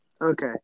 Okay